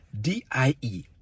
d-i-e